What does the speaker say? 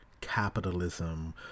capitalism